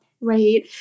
right